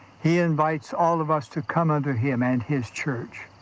he invites all of us to come unto him and his church,